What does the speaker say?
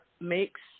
makes